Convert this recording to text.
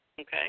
Okay